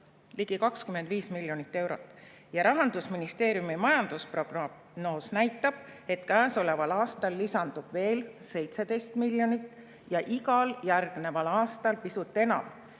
ligi 25 miljonit eurot. Rahandusministeeriumi majandusprognoos näitab, et käesoleval aastal lisandub sinna veel 17 miljonit ja igal järgneval aastal pisut enam.